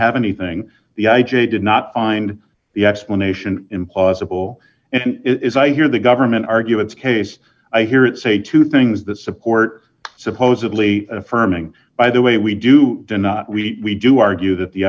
have anything the i j a did not find the explanation implausible and if i hear the government argue its case i hear it say two things that support supposedly affirming by the way we do not we do argue that the